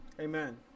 Amen